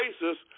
basis